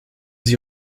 sie